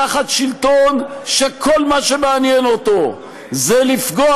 תחת שלטון שכל מה שמעניין אותו זה לפגוע